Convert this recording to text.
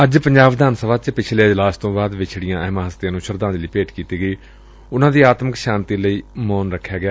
ਅੱਜ ਪੰਜਾਬ ਵਿਧਾਨ ਸਭਾ ਚ ਪਿਛਲੇ ਅਜਲਾਸ ਤੋਂ ਬਾਅਦ ਵਿਛੜੀਆਂ ਅਹਿਮ ਹਸਤੀਆਂ ਨੂੰ ਸ਼ਰਧਾਂਜਲੀ ਭੇਟ ਕੀਡੀ ਅਤੇ ਉਨੂਾ ਦੀ ਆਤਮਿਕ ਸ਼ਾਂਡੀ ਲਈ ਮੌਨ ਰਖਿਆ ਗਿਆ